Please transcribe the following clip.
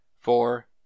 Four